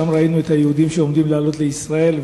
ראינו שם את היהודים שעומדים לעלות לישראל.